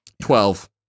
twelve